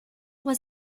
was